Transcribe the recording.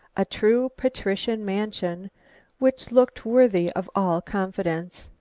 a true patrician mansion which looked worthy of all confidence.